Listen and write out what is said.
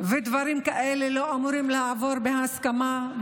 ודברים כאלה לא אמורים לעבור בהסכמה.